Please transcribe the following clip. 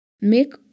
make